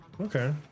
Okay